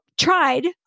tried